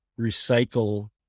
recycle